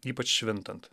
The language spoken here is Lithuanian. ypač švintant